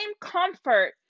comfort